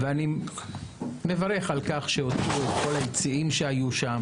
אני מברך על כך שהוצאו כל היציעים שהיו שם